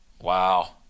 Wow